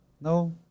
no